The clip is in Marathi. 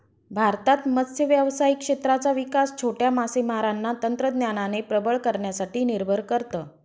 भारतात मत्स्य व्यावसायिक क्षेत्राचा विकास छोट्या मासेमारांना तंत्रज्ञानाने प्रबळ करण्यासाठी निर्भर करत